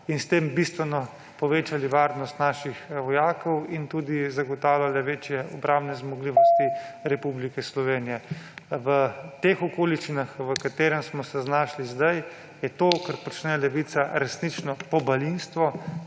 in s tem bistveno povečali varnost naših vojakov in tudi zagotavljali večje obrambne zmogljivosti Republike Slovenije. V teh okoliščinah, v katerih smo se znašli zdaj, je to, kar počne Levica, resnično pobalinstvo,